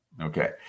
Okay